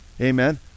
amen